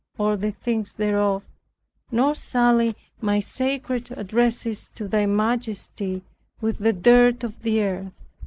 or the things thereof nor sully my sacred addresses to thy majesty with the dirt of the earth.